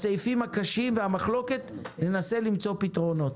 בסעיפים הקשים שיש לגביהם מחלוקת ננסה למצוא פתרונות.